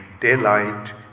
daylight